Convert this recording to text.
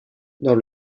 dans